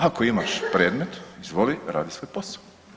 Ako imaš predmet, izvoli radi svoj posao.